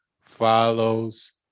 follows